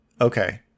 Okay